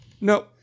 no